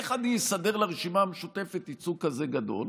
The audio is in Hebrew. איך אני אסדר לרשימה המשותפת ייצוג כזה גדול?